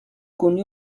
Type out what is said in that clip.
connu